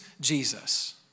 Jesus